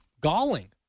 galling